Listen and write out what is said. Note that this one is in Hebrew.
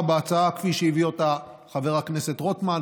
בהצעה כפי שהביא אותה חבר הכנסת רוטמן,